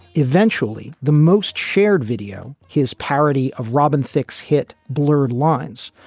eventually, the most shared video, his parody of robin thicke's hit blurred lines,